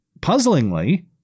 puzzlingly